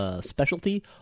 specialty